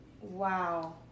Wow